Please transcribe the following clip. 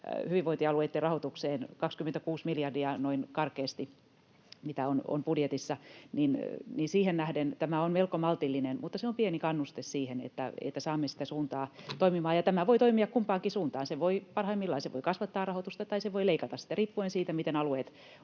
hyvinvointialueitten rahoitukseen, 26 miljardia noin karkeasti, mitä on budjetissa, niin siihen nähden tämä on melko maltillinen, mutta se on pieni kannuste siihen, että saamme sitä suuntaa toimimaan, ja tämä voi toimia kumpaankin suuntaan. Se voi parhaimmillaan kasvattaa rahoitusta tai se voi leikata sitä, riippuen siitä, miten alueet